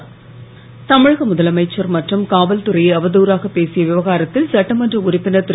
கருணாஸ் தமிழக முதலமைச்சர் மற்றும் காவல்துறையை அவதூறாக பேசிய விவகாரத்தில் சட்டமன்ற உறுப்பினர் திரு